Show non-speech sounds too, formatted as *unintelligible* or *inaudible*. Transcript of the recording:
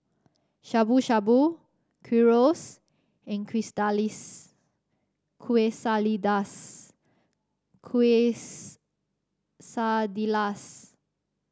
Shabu Shabu Gyros and *unintelligible* Quesadillas